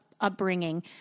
upbringing